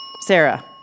Sarah